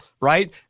right